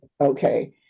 okay